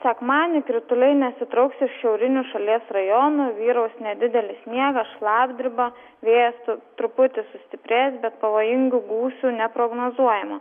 sekmadienį krituliai nesitrauks iš šiaurinių šalies rajonų vyraus nedidelis sniegas šlapdriba vėjas truputį sustiprės bet pavojingų gūsių neprognozuojama